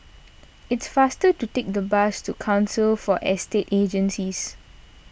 it's faster to take the bus to Council for Estate Agencies